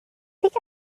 think